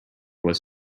was